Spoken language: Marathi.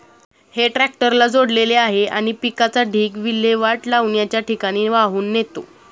हे ट्रॅक्टरला जोडलेले आहे आणि पिकाचा ढीग विल्हेवाट लावण्याच्या ठिकाणी वाहून नेतो